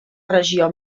regió